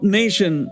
nation